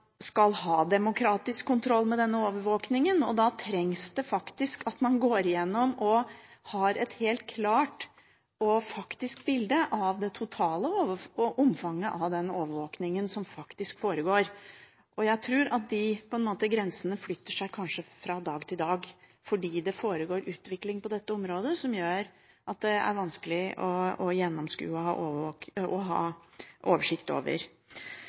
skal ha demokratisk kontroll med denne overvåkningen, og da trengs det at man går igjennom og har et helt klart og faktisk bilde av det totale omfanget av den overvåkningen som foregår, og jeg tror at de grensene kanskje flytter seg fra dag til dag fordi det foregår utvikling på dette området som gjør at det er vanskelig å gjennomskue og ha